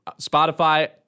Spotify